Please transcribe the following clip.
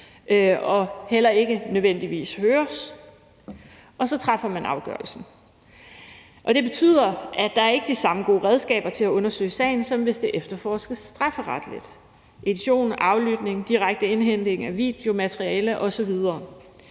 og heller ikke nødvendigvis høres, og så træffer man afgørelsen. Det betyder, at der ikke er de samme gode redskaber til at undersøge sagen, som hvis det efterforskes strafferetligt med edition, aflytning, direkte indhentning af videomateriale osv.